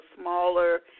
smaller